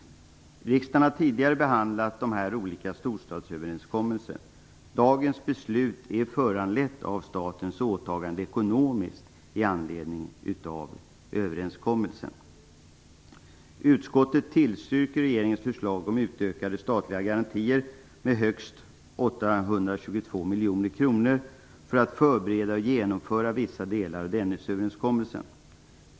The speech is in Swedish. Riksdagen har tidigare behandlat olika storstadsöverenskommelser. Dagens beslut är föranlett av statens ekonomiska åtagande i anledning av överenskommelsen. Utskottet tillstyrker regeringens förslag om utökade statliga garantier med högst 822 miljoner kronor för att förbereda och genomföra vissa delar av Dennisöverenskommelsen.